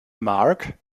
marc